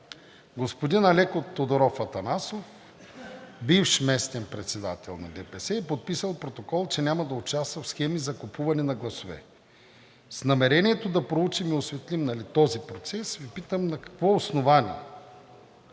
господин Алеко Тодоров Атанасов, бивш местен председател на ДПС, е подписал протокол, че няма да участва в схеми за купуване на гласове. С намерението да проучим и осветлим този процес Ви питам: на какво основание